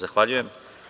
Zahvaljujem.